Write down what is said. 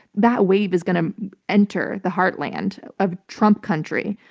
that wave is going to enter the heartland of trump country.